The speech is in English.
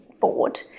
bored